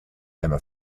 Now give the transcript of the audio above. emma